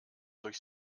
durch